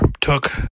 took